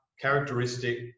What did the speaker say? characteristic